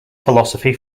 philosophy